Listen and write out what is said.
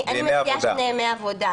אני מציעה שני ימי עבודה.